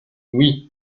oui